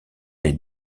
les